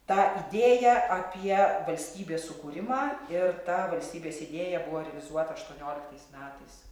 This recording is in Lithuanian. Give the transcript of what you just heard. tą idėją apie valstybės sukūrimą ir ta valstybės idėja buvo realizuota aštuonioliktais metais